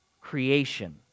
creation